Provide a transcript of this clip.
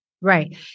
Right